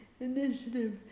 initiative